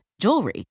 jewelry